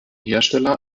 hersteller